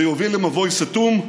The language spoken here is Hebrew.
זה יוביל למבוי סתום,